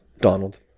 donald